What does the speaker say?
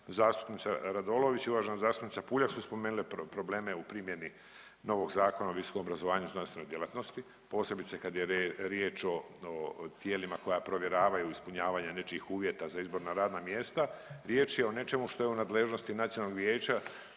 zastupnica Radolović i uvažena zastupnica Puljak su spomenule probleme u primjeni novog Zakona o visokom obrazovanju i znanstvenoj djelatnosti posebice kad je riječ o tijelima koja provjeravaju nečijih uvjeta za izborna radna mjesta. Riječ je o nečemu što je u nadležnosti Nacionalnog vijeća